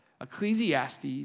Ecclesiastes